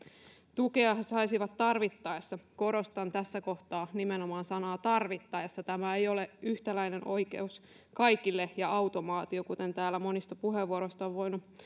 tukea he saisivat tarvittaessa korostan tässä kohtaa nimenomaan sanaa tarvittaessa tämä ei ole yhtäläinen oikeus kaikille ja automaatio kuten täällä monista puheenvuoroista on voinut